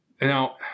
Now